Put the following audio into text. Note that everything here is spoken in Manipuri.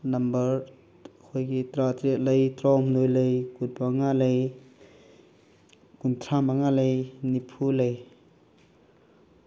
ꯅꯝꯕꯔ ꯑꯩꯈꯣꯏꯒꯤ ꯇꯔꯥ ꯇꯔꯦꯠ ꯂꯩ ꯇꯔꯥꯍꯨꯝꯗꯣꯏ ꯂꯩ ꯀꯨꯟ ꯃꯪꯉꯥ ꯂꯩ ꯀꯨꯟꯊ꯭ꯔꯥ ꯃꯪꯉꯥ ꯂꯩ ꯅꯤꯐꯨ ꯂꯩ